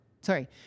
sorry